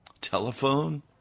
telephone